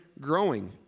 growing